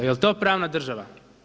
Je li to pravna država?